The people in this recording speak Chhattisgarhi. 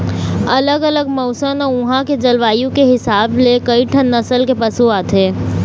अलग अलग मउसन अउ उहां के जलवायु के हिसाब ले कइठन नसल के पशु आथे